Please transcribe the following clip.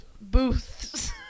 Booths